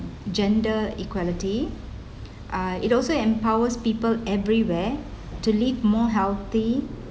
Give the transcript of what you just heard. uh gender equality uh it also empowers people everywhere to live more healthy